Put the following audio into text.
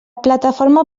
plataforma